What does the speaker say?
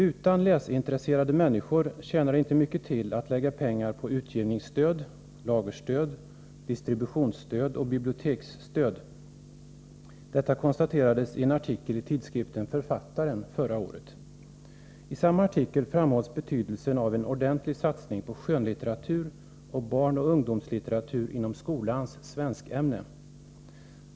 Utan läsintresserade människor tjänar det inte mycket till att lägga pengar på utgivningsstöd, lagerstöd, distributionsstöd och biblioteksstöd. Detta konstaterades i en artikel i tidskriften Författaren förra året. I samma artikel framhölls betydelsen av en ordentlig satsning på skönlitteratur samt barnoch ungdomslitteratur i skolans svenskämne.